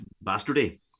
bastardy